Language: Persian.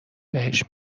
بهش